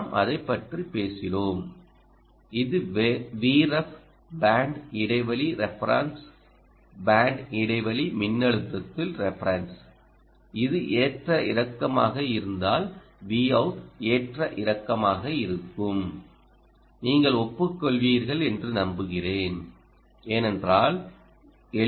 நாம் அதைப் பற்றி பேசினோம் இது Vref பேண்ட் இடைவெளி reference r e f e r e n c e band இடைவெளி மின்னழுத்தத்தில் ரெஃபரன்ஸ் இது ஏற்ற இறக்கமாக இருந்தால் Vout ஏற்ற இறக்கமாக இருக்கும் நீங்கள் ஒப்புக்கொள்வீர்கள் என்று நம்புகிறேன் ஏனென்றால் எல்